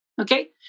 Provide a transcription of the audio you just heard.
Okay